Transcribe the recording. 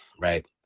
Right